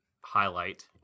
highlight